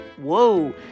Whoa